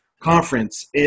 Conference